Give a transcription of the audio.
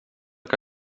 que